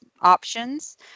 options